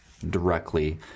directly